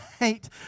right